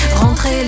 rentrez